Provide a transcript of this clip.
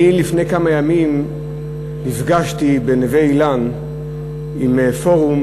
לפני כמה ימים אני נפגשתי בנווה-אילן עם פורום